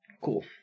Cool